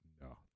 no